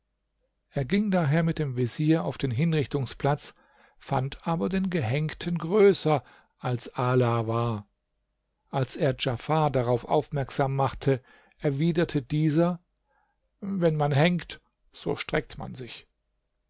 er ging daher mit dem vezier auf den hinrichtungsplatz fand aber den gehängten größer als ala war als er djafar darauf aufmerksam machte erwiderte dieser wenn man hängt so streckt man sich